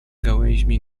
gałęźmi